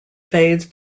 fades